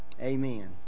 Amen